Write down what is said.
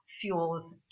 fuels